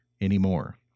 anymore